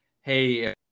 hey